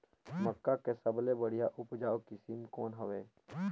मक्का के सबले बढ़िया उपजाऊ किसम कौन हवय?